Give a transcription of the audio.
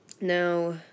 Now